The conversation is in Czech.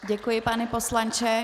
Děkuji pane poslanče.